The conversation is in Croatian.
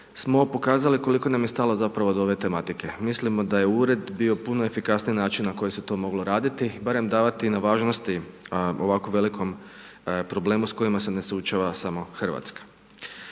smo pokazali, koliko nam je stalo zapravo do ove tematike. Mislimo daj e ured bio puno efikasniji način na koji se to moglo raditi, barem davati na važnosti ovako velikom problemu s kojima se ne suočava samo Hrvatska.